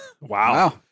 Wow